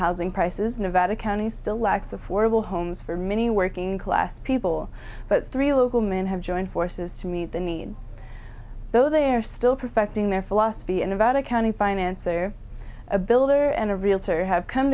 housing prices nevada county still lacks affordable homes for many working class people but three local men have joined forces to meet the need though they are still perfecting their philosophy and about accounting finance or a builder and a realtor have come